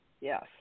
Yes